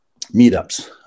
meetups